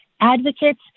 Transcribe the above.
advocates